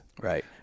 right